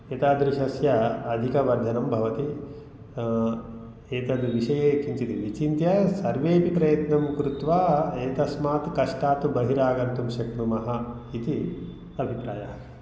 एतादृशस्य अधिकवर्धनं भवति एतद्विषये किञ्चित् विचिन्त्य सर्वेऽपि प्रयत्नं कृत्वा एतस्मात् कष्टात् बहिरागन्तुं शक्नुमः इति अभिप्रायः